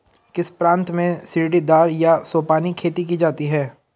किस प्रांत में सीढ़ीदार या सोपानी खेती की जाती है?